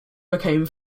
became